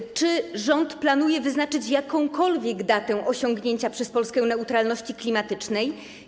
Po pierwsze: Czy rząd planuje wyznaczyć jakąkolwiek datę osiągnięcia przez Polskę neutralności klimatycznej?